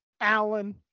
Allen